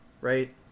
Right